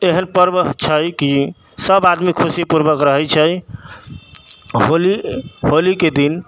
एहन पर्व छै कि सब आदमी खुशीपूर्वक रहै छै होली होलीके दिन